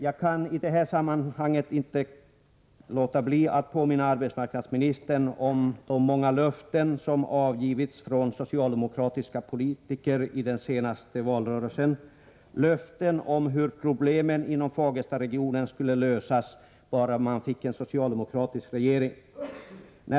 Jag kan i detta sammanhang inte låta bli att påminna arbetsmarknadsministern om de många löften som avgavs från socialdemokratiska politikers sida i den senaste valrörelsen, löften om hur problemen inom Fagerstaregionen skulle lösas bara man fick en socialdemokratisk regering.